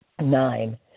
Nine